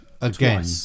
again